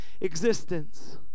existence